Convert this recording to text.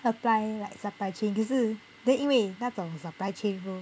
apply like supply chain 可是 then 因为那种 supply chain role